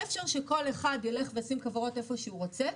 אי אפשר שכל אחד ילך וישים כוורות איפה שהוא רוצה,